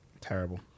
Terrible